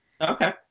okay